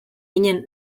ginen